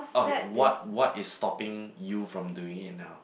okay what what is stopping you from doing it now